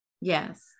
yes